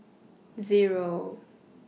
Zero